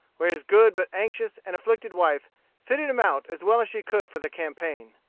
where his good but anxious and afflicted wife fitted him out as well as she could for the campaign.